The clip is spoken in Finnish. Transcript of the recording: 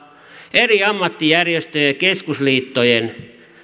eri ammattijärjestöjen keskusliittojen